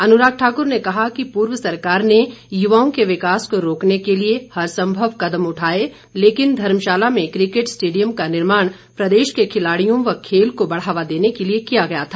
अनुराग ठाकुर ने कहा कि पूर्व सरकार ने युवाओं के विकास को रोकने के लिए हर संभव कदम उठाए लेकिन धर्मशाला में क्रिकेट स्टेडियम का निर्माण प्रदेश के खिलाड़ियों व खेल को बढ़ावा देने के लिए किया गया था